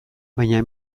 baina